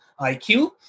IQ